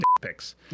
pics